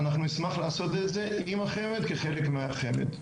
אנחנו נשמח לעשות את זה עם החמ"ד כחלק מהחמ"ד,